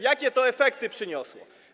Jakie to efekty przyniosło?